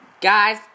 Guys